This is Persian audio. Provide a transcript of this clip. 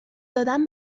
دادن